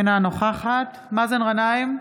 אינה נוכחת מאזן גנאים,